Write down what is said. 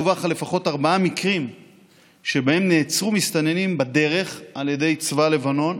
דווח על לפחות ארבעה מקרים שבהם נעצרו מסתננים בדרך על ידי צבא לבנון,